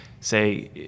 say